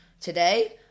Today